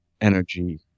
energy